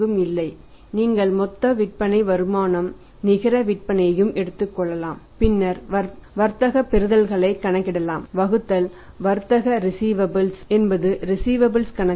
இது மொத்தம் வர்த்தக ரிஸீவபல்ஸ் கணக்குகள்